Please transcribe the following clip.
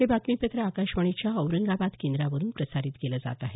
हे बातमीपत्र आकाशवाणीच्या औरंगाबाद केंद्रावरून प्रसारित केलं जात आहे